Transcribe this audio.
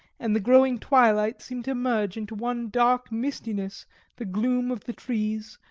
and the growing twilight seemed to merge into one dark mistiness the gloom of the trees,